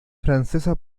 francesa